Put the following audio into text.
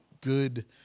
good